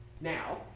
now